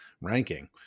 ranking